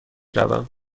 روم